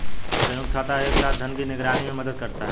संयुक्त खाता एक साथ धन की निगरानी में मदद करता है